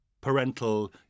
parental